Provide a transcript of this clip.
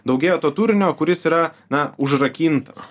daugėjo to turinio kuris yra na užrakintas